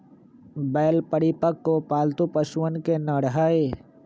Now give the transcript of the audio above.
बैल परिपक्व, पालतू पशुअन के नर हई